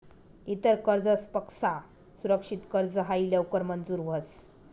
इतर कर्जसपक्सा सुरक्षित कर्ज हायी लवकर मंजूर व्हस